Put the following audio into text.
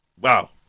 wow